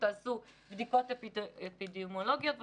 תעשו בדיקות אפידמיולוגיות וכדומה.